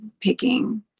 picking